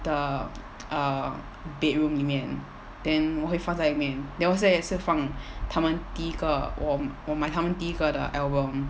the uh bedroom 里面 then 我会放在里面 then 我现在也是放他们第一个我我买他们第一个的 album